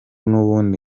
nubundi